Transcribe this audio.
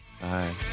Bye